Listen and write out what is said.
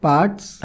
Parts